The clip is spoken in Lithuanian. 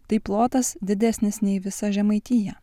tai plotas didesnis nei visa žemaitija